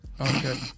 Okay